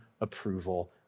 approval